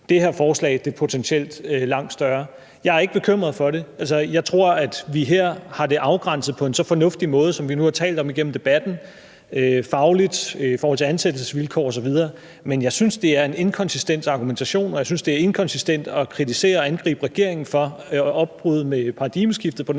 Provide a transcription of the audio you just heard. Det her forslag er potentielt langt større. Jeg er ikke bekymret for det, for jeg tror, at vi her har afgrænset det på en så fornuftig måde, som vi nu har talt om igennem debatten, altså både fagligt og i forhold til ansættelsesvilkår osv. Men jeg synes, det er en inkonsistent argumentation, og jeg synes, det er inkonsistent at kritisere og angribe regeringen for brud med paradigmeskiftet på den ene side